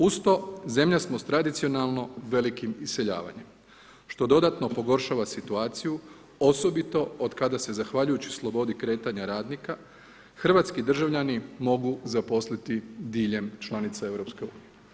Uz to zemlja smo sa tradicionalno velikim iseljavanjem što dodatno pogoršava situaciju osobito od kada se zahvaljujući slobodi kretanja radnika hrvatski državljani mogu zaposliti diljem članica EU.